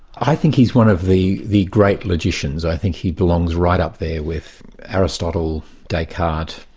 i think he's one of the the great logicians i think he belongs right up there with aristotle, descartes,